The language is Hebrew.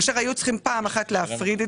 כאשר היו צריכים פעם אחת להפריד את